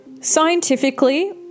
scientifically